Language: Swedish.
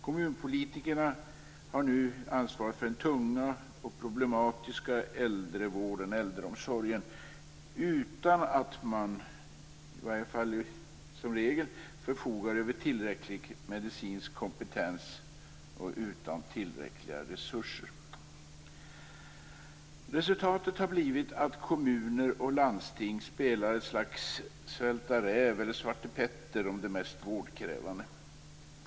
Kommunpolitikerna har nu ansvaret för den tunga och problematiska äldrevården och äldreomsorgen utan att man, i alla fall som regel, förfogar över tillräcklig medicinsk kompetens och utan tillräckliga resurser. Resultatet har blivit att kommuner och landsting spelar ett slags svälta räv eller Svarte Petter om de mest vårdkrävande.